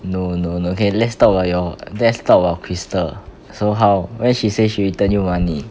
no no no okay let's talk about your let's talk about crystal so how when she say she return you money